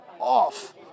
off